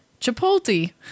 Chipotle